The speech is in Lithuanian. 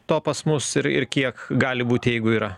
to pas mus ir ir kiek gali būt jeigu yra